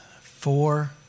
four